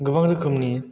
गोबां रोखोमनि